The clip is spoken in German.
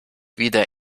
wieder